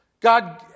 God